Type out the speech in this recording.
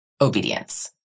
obedience